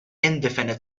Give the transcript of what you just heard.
indefinite